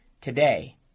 today